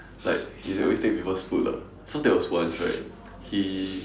like he always take people's food lah so there was once right he